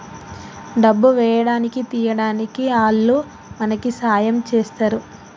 డబ్బు వేయడానికి తీయడానికి ఆల్లు మనకి సాయం చేస్తరు